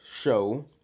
show